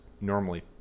normally